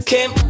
Kim